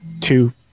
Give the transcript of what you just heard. two